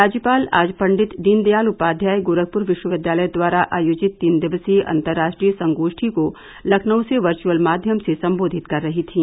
राज्यपाल आज पंडित दीनदयाल उपाध्याय गोरखपुर विश्वविद्यालय द्वारा आयोजित तीन दिवसीय अंतरराष्ट्रीय संगोष्ठी को लखनऊ से वर्चअल माध्यम से संबोधित कर रही थीं